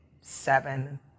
seven